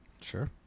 Sure